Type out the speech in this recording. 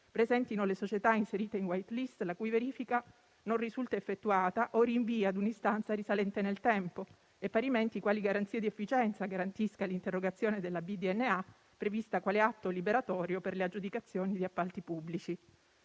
presentino le società inserite in *white list*, la cui verifica non risulta effettuata o rinvia ad un'istanza risalente nel tempo, e parimenti quali garanzie di efficienza garantisca l'interrogazione della banca dati nazionale antimafia (BDNA) prevista quale atto liberatorio per le aggiudicazioni di appalti pubblici.